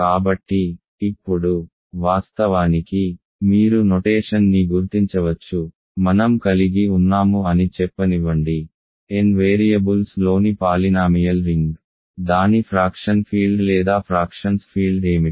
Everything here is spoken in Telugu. కాబట్టి ఇప్పుడు వాస్తవానికి మీరు నొటేషన్ ని గుర్తించవచ్చు మనం కలిగి ఉన్నాము అని చెప్పనివ్వండి n వేరియబుల్స్లోని పాలినామియల్ రింగ్ దాని ఫ్రాక్షన్ ఫీల్డ్ లేదా ఫ్రాక్షన్స్ ఫీల్డ్ ఏమిటి